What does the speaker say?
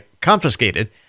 confiscated